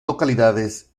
localidades